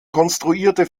konstruierte